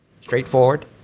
Straightforward